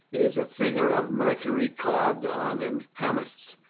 it is a figure of mercury carved on an amethyst.